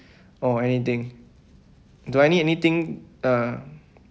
or anything do I need anything uh